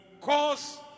cause